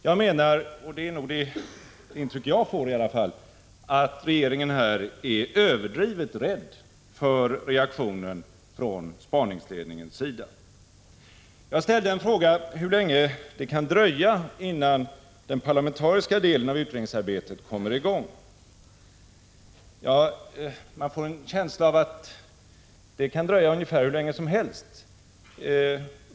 Jag menar — det är i alla fall det intryck jag får — att regeringen här är överdrivet rädd för reaktionen från spaningsledningens sida. Jag frågade hur länge det kan dröja innan den parlamentariska delen av utredningsarbetet kommer i gång. Man får en känsla av att det kan dröja hur länge som helst.